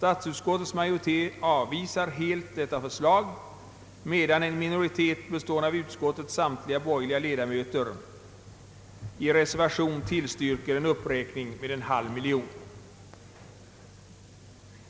Statsutskottets majoritet avvisar helt detta förslag, medan en minoritet bestående av utskottets samtliga borgerliga ledamöter i reservation tillstyrker en uppräkning med 1/2 miljon kronor.